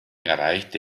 erreichte